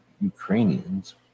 Ukrainians